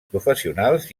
professionals